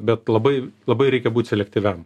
bet labai labai reikia būt selektyviam